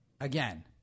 again